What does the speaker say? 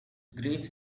grief